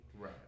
Right